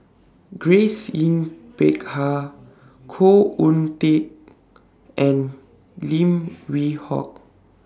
Grace Yin Peck Ha Khoo Oon Teik and Lim Yew Hock